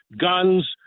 guns